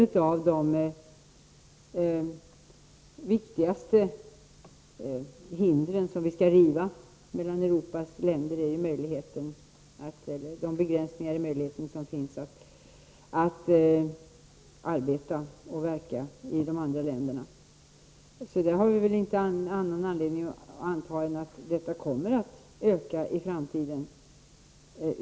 Ett av de hinder mellan Europas länder som det är mest angeläget att riva är begränsningarna av möjligheten att arbeta och verka i andra länder. Vi har inte anledning att anta annat än att denna möjlighet kommer att öka i framtiden.